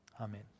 Amen